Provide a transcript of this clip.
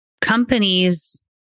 companies